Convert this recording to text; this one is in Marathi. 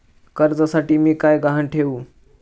कर्जासाठी मी काय गहाण ठेवू?